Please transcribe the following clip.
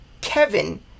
Kevin